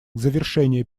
завершение